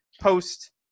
post